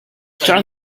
turn